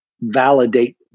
validate